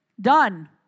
Done